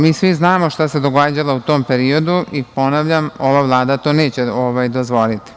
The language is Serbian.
Mi svi znamo šta se događalo u tom periodu i ponavljam, ova Vlada to neće dozvoliti.